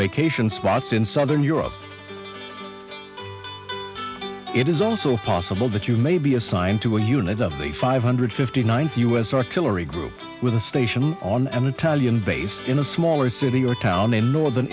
vacation spots in southern europe it is also possible that you may be assigned to a unit of the five hundred fifty ninth u s artillery group with a station on an italian base in a smaller city or town in northern